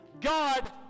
God